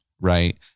Right